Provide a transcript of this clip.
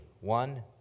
One